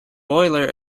boiler